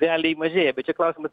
realiai mažėja bet čia klausimas